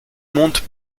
monte